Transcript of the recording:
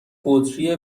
بطری